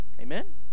Amen